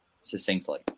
succinctly